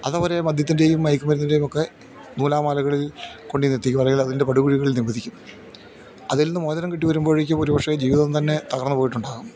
അതവരെ മദ്യത്തിൻ്റെയും മയക്കുമരുന്നിൻ്റെയും ഒക്കെ നൂലാമാലകളിൽ കൊണ്ട് ചെന്ന് എത്തിക്കും അല്ലെങ്കിൽ അതിൻ്റെ പടുകുഴികളിൽ നി പതിക്കും അതിൽ നിന്ന് മോചനം കിട്ടി വരുമ്പോഴക്കും ഒരു പക്ഷേ ജീവിതം തന്നെ തകർന്നു പോയിട്ടുണ്ടാകാം